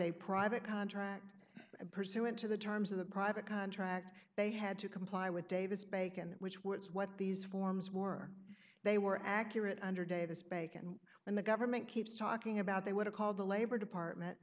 a private contract and pursuant to the terms of the private contract they had to comply with davis bacon which which is what these forms were they were accurate under davis bacon when the government keeps talking about they would have called the labor department